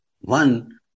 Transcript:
One